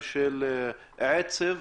עצב,